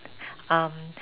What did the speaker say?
um